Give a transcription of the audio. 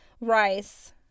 rice